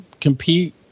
compete